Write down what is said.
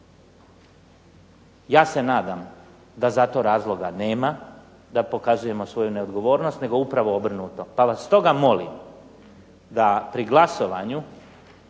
Ja se nadam da za to razloga nema da pokazujemo svoju neodgovornost, nego upravo obrnuto, pa vas stoga molim da pri glasovanju